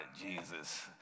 Jesus